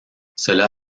cela